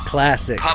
Classic